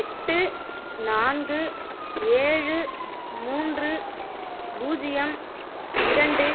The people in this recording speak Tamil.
எட்டு நான்கு ஏழு மூன்று பூஜ்ஜியம் இரண்டு